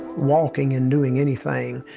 walking in doing anything